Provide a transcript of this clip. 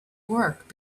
work